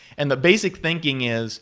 and the basic thinking is